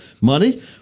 money